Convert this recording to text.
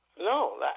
No